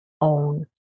own